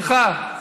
שלך.